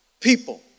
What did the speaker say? people